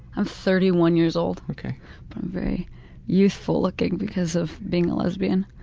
i'm thirty one years old, but i'm very youthful-looking because of being a lesbian.